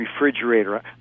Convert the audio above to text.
refrigerator